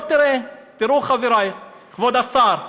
ובואו תראו, תראו, חבריי, כבוד השר,